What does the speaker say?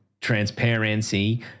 transparency